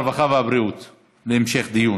הרווחה והבריאות נתקבלה.